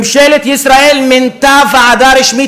ממשלת ישראל מינתה ועדה רשמית,